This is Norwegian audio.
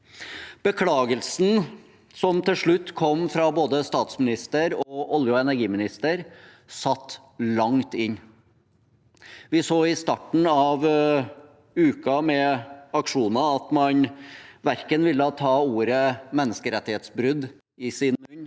Beklagelsen som til slutt kom fra både statsministeren og olje- og energiministeren, satt langt inne. Vi så i starten av uken med aksjoner at man verken ville ta ordet «menneskerettighetsbrudd» i sin munn